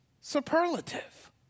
Superlative